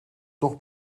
toch